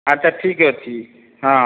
ଆଚ୍ଛା ଠିକ୍ ଅଛି ହଁ